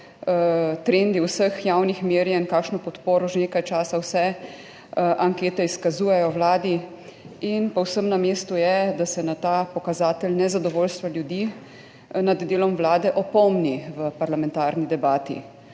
vseh javnih merjenj, kakšno podporo že nekaj časa vse ankete izkazujejo Vladi in povsem na mestu je, da se na ta pokazatelj nezadovoljstva ljudi nad delom Vlade opomni v parlamentarni debati,